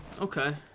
Okay